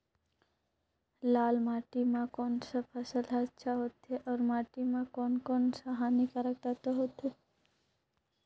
लाल माटी मां कोन सा फसल ह अच्छा होथे अउर माटी म कोन कोन स हानिकारक तत्व होथे?